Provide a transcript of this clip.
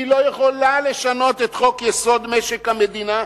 היא לא יכולה לשנות את חוק-יסוד: משק המדינה,